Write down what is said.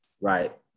Right